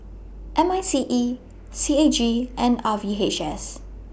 M I C E C A G and R V H S